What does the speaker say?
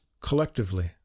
collectively